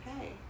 okay